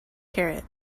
carrot